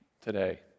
today